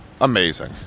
amazing